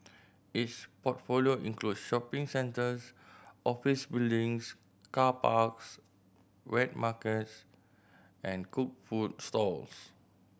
its portfolio include shopping centres office buildings car parks wet markets and cooked food stalls